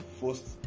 first